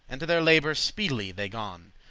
and to their labour speedily they gon.